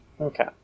Okay